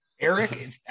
Eric